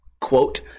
quote